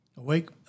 Awake